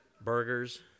Burgers